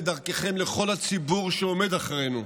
ודרככם לכל הציבור שעומד מאחורינו,